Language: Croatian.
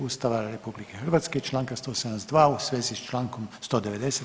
Ustava RH i Članka 172. u svezi s Člankom 190.